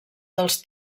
dels